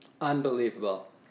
Unbelievable